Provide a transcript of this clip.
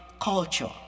culture